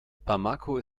bamako